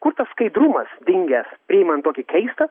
kur tas skaidrumas dingęs priimant tokį keistą